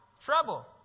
trouble